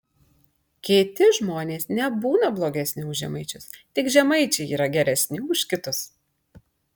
kiti žmonės nebūna blogesni už žemaičius tik žemaičiai yra geresni už kitus